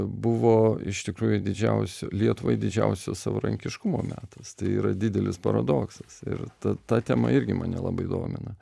buvo iš tikrųjų didžiausio lietuvai didžiausio savarankiškumo metas tai yra didelis paradoksas ir ta ta tema irgi mane labai domina